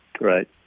Right